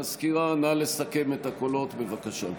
המזכירה, נא לסכם את הקולות, בבקשה.